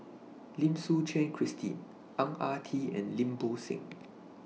Lim Suchen Christine Ang Ah Tee and Lim Bo Seng